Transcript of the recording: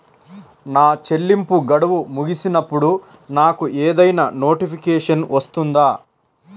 నా చెల్లింపు గడువు ముగిసినప్పుడు నాకు ఏదైనా నోటిఫికేషన్ వస్తుందా?